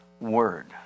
word